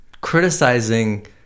criticizing